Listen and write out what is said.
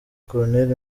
colonel